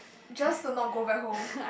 just to not go back home